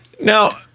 Now